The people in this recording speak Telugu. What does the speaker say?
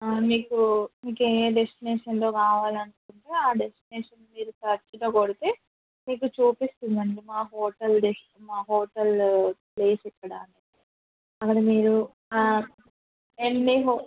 మీకు మీకు ఏ డెస్టినేషన్లో కావాలనుకుంటే ఆ డెస్టినేషన్ మీరు సర్చ్లో కొడితే మీకు చూపిస్తుందండి మా హోటల్ డెస్ మా హోటల్ ప్లేస్ ఇక్కడ అక్కడ మీరు ఎన్ని హో